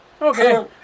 Okay